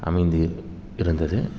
அமைந்து இருந்தது